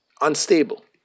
Unstable